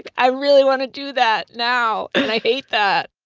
i really want to do that now. and i hate that